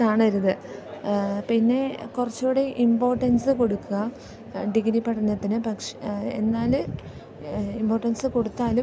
കാണരുത് പിന്നേ കുറച്ചു കൂടെ ഇമ്പോട്ടൻസ് കൊടുത്താലും ഡിഗ്രി പഠനത്തിന് പക്ഷെ എന്നാൽ ഇമ്പോട്ടൻസ് കൊടുത്താലും